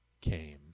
came